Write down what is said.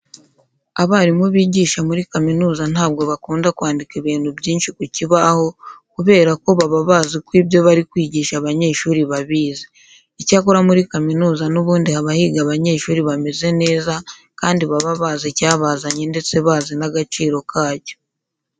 Abarimu bigisha muri kaminuza ntabwo bakunda kwandika ibintu byinshi ku kibaho kubera ko baba bazi ko ibyo bari kwigisha abanyeshuri babizi. Icyakora muri kaminuza n'ubundi haba higa abanyeshuri bameze neza kandi baba bazi icyabazanye ndetse bazi n'agaciro kacyo.